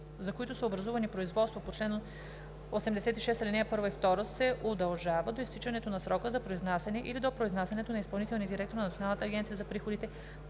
за които са образувани производства по § 86, ал. 1 и 2, се удължава до изтичането на срока за произнасяне или до произнасянето на изпълнителния директор на Националната агенция за приходите,